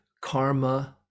karma